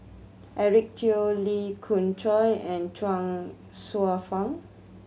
Eric Teo Lee Khoon Choy and Chuang Hsueh Fang